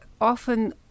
often